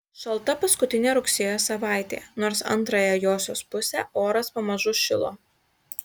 šalta paskutinė rugsėjo savaitė nors antrąją josios pusę oras pamažu šilo